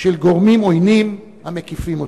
של גורמים עוינים המקיפים אותה.